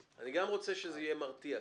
אני גם רוצה שזה יהיה מרתיע.